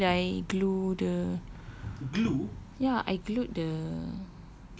abeh asal bila I glue the ya I glued the